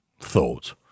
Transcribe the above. thought